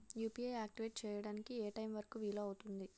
UPI activate చెయ్యడానికి ఏ time వరుకు వీలు అవుతుంది?